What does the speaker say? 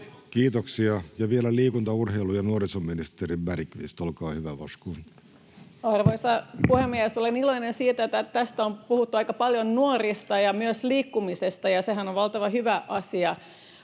Kiitoksia. — Ja vielä liikunta-, urheilu- ja nuorisoministeri Bergqvist, olkaa hyvä, varsågod. Arvoisa puhemies! Olen iloinen siitä, että tässä on puhuttu aika paljon nuorista ja myös liikkumisesta, ja sehän on valtavan hyvä asia.